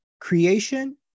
creation